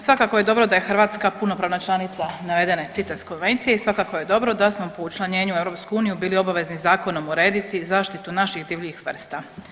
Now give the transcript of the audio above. Svakako je dobro da je Hrvatska punopravna članica navedene CITES konvencije i svakako je dobro da smo po učlanjenju u EU bili obavezni zakonom urediti zaštitu naših divljih vrsta.